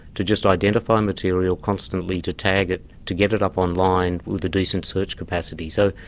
to just identify material, constantly to tag it, to get it up online with a decent search capacity. so,